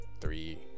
three